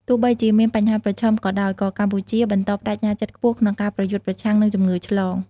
ទោះបីជាមានបញ្ហាប្រឈមក៏ដោយ ក៏កម្ពុជាបន្តប្តេជ្ញាចិត្តខ្ពស់ក្នុងការប្រយុទ្ធប្រឆាំងនឹងជំងឺឆ្លង។